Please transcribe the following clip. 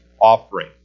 offering